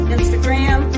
Instagram